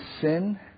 sin